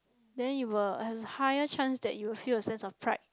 then you will have higher chance that you will feel a sense of pride